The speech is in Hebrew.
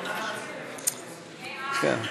הסתייגות אחרונה.